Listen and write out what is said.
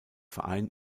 verein